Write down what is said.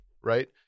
right